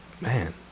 man